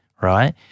right